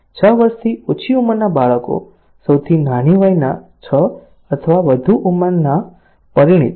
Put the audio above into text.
6 વર્ષથી ઓછી ઉંમરના બાળકો સૌથી નાની વયના 6 અથવા વધુ ઉંમરના પરિણીત